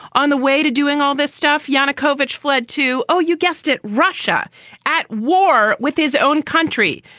on the way to doing all this stuff. yanukovich fled to, oh, you guessed it, russia at war with his own country.